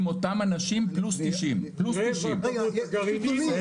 עם אותם אנשים פלוס 90. --- שנייה,